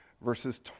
verses